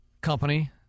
company